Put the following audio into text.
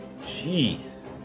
Jeez